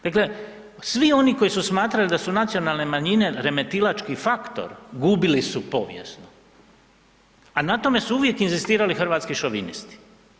Dakle, svi oni koji su smatrali da su nacionalne manjine, remetilački faktor, gubili su povijesno, a na tome su uvijek inzistirali hrvatski šovinisti.